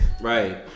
Right